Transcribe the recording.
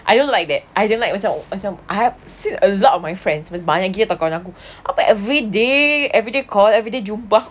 I don't like that I don't like macam macam I have seen a lot of my friends banyak bagi tahu aku apa everyday kau everyday jumpa